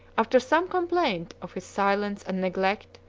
after some complaint of his silence and neglect,